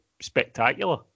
spectacular